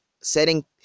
setting